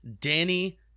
Danny